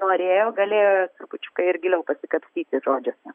norėjo galėjo trupučiuką ir giliau pasikapstyti žodžiuose